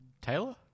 Taylor